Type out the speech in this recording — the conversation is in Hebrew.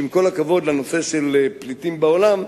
שעם כל הכבוד לנושא של פליטים בעולם,